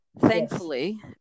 thankfully